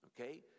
okay